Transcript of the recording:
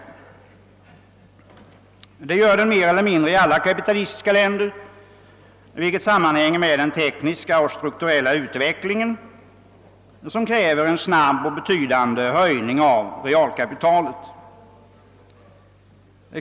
Denna företeelse förekommer i större eller mindre utsträckning i alla kapitalistiska länder, vilket sammanhänger med den tekniska och strukturella utvecklingen, som kräver en snabb och betydande höjning av realkapitalet.